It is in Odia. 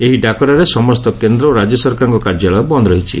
ଏହି ଡାକରାରେ ସମସ୍ତ କେନ୍ଦ୍ର ଓ ରାଜ୍ୟ ସରକାରଙ୍କ କାର୍ଯ୍ୟାଳୟ ବନ୍ଦ୍ ରହିଛି